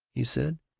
he said,